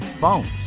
phones